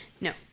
No